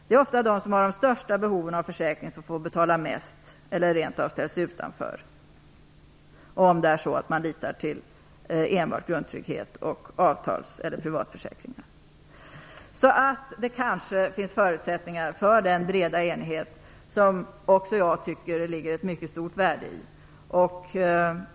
Det är ofta de som har de största behoven av en försäkring som får betala mest eller rent av ställs utanför om man litar till enbart grundtrygghet och avtals eller privatförsäkringar. Det kanske finns förutsättningar för den breda enighet som också jag tycker att det ligger ett mycket stort värde i.